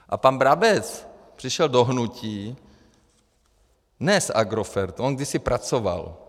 A pan Brabec přišel do hnutí ne z Agrofertu, on kdysi pracoval.